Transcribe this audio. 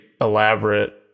elaborate